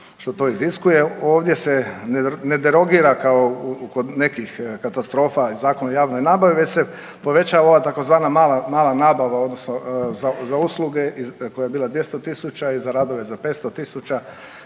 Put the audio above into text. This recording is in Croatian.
što to iziskuje. Ovdje se ne derogira kao kod nekih katastrofa i Zakon o javnoj nabavi već se povećava ova tzv. mala nabava, odnosno za usluge i koja je bila 200 000 i za radove za 500 000